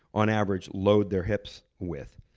on average, load their hips with.